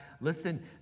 Listen